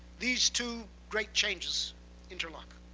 these two great changes interlock.